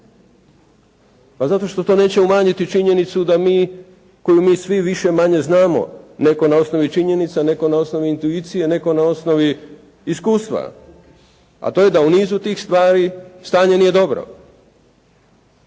Pa zato što to neće umanjiti činjenicu da mi, koju mi svi više-manje znamo. Netko na osnovi činjenica, netko na osnovi intuicije, netko na osnovi iskustva, a to je da u nizu tih stvari stanje nije dobro.